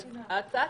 ההצעה